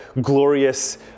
glorious